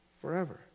forever